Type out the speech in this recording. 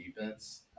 defense